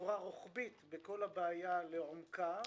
בצורה רוחבית בכל הבעיה לעומקה.